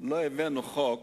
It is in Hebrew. לא הבאנו חוק